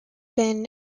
been